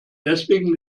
deswegen